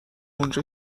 اونجا